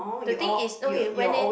the thing is okay when it